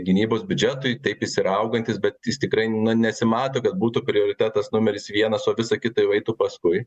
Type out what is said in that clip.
gynybos biudžetui taip jis yra augantis bet jis tikrai nesimato kad būtų prioritetas numeris vienas o visa kita jau eitų paskui